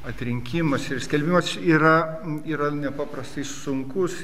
atrinkimas ir skelbimas yra yra nepaprastai sunkus